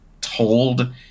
told